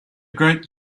great